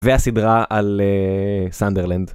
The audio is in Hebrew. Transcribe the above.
והסדרה על סנדרלנד.